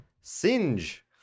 Singe